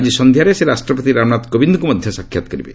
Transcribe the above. ଆଜି ସନ୍ଧ୍ୟାରେ ସେ ରାଷ୍ଟ୍ରପତି ରାମନାଥ କୋବିନ୍ଦଙ୍କୁ ମଧ୍ୟ ସାକ୍ଷାତ କରିବେ